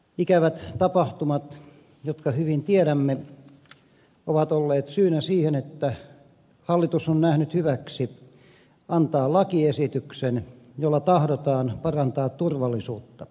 ikävät tapahtumat jotka hyvin tiedämme ovat olleet syynä siihen että hallitus on nähnyt hyväksi antaa lakiesityksen jolla tahdotaan parantaa turvallisuutta